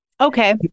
Okay